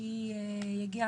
אוטובוס שיגיע